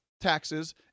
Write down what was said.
taxes